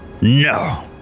No